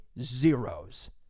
zeros